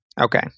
Okay